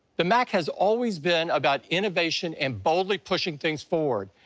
the mac has always been about innovation and boldly pushing things forward,